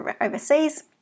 overseas